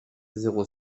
zéro